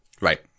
right